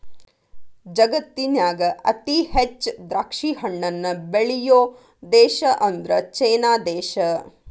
ಜಗತ್ತಿನ್ಯಾಗ ಅತಿ ಹೆಚ್ಚ್ ದ್ರಾಕ್ಷಿಹಣ್ಣನ್ನ ಬೆಳಿಯೋ ದೇಶ ಅಂದ್ರ ಚೇನಾ ದೇಶ